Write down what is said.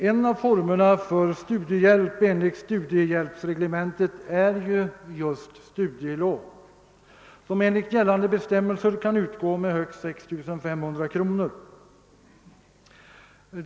En av formerna för studiehjälp enligt studiehjälpsreglementet är just studielån, som enligt gällande bestämmelser kan utgå med högst 6 500 kronor.